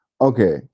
okay